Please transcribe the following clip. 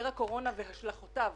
הקורונה והשלכותיו